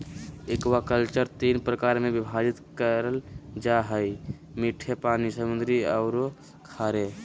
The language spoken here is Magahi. एक्वाकल्चर तीन प्रकार में विभाजित करल जा हइ मीठे पानी, समुद्री औरो खारे